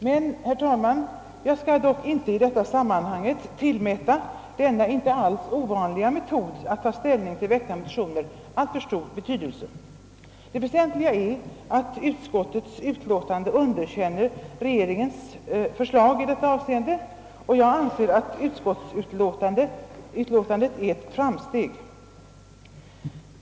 Men, herr talman, jag skall inte i detta sammanhang tillmäta denna inte alls ovanliga metod att ta ställning till väckta motioner alltför stor betydelse. Det väsentliga är att utskottets utlåtande underkänner regeringsförslaget i detta avseende, och jag anser att utskottsutlåtandet är ett framsteg.